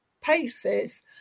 paces